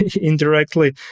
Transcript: indirectly